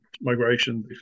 migration